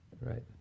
Right